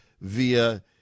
via